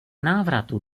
návratu